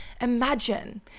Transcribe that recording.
Imagine